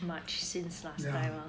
yeah